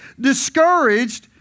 discouraged